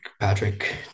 Patrick